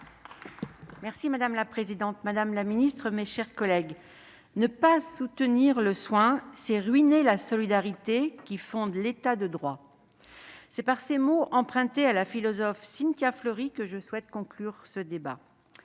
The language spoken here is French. Meunier. Madame la présidente, madame la ministre, mes chers collègues, « ne pas soutenir le soin, c'est ruiner la solidarité qui fonde l'État de droit ». C'est par ces mots empruntés à la philosophe Cynthia Fleury que je souhaite conclure ce débat.